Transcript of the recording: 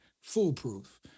foolproof